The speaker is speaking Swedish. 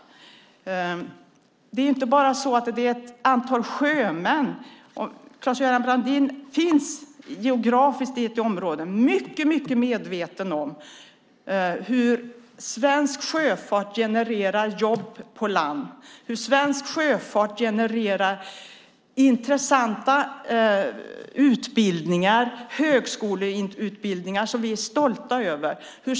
Det handlar inte bara om ett antal sjömän. Claes-Göran Brandin finns geografiskt i ett område där man är mycket medveten om hur svensk sjöfart genererar jobb på land. Svensk sjöfart genererar intressanta utbildningar, högskoleutbildningar som vi är stolta över.